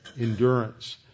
endurance